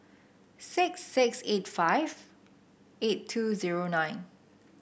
six six eight five eight two zero nine